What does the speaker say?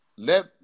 Let